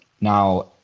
now